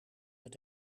met